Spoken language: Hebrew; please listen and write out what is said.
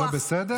זה לא בסדר?